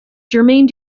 jermaine